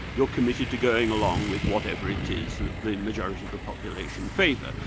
you're committed to going along with whatever it is the majority of the population favour.